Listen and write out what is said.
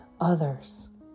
others